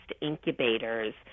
incubators